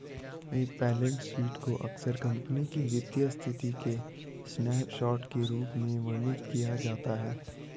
एक balance sheet को अक्सर कंपनी की वित्तीय स्थिति के स्नैपशॉट के रूप में वर्णित किया जाता है